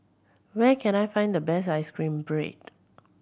where can I find the best ice cream bread